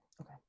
Okay